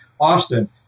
Austin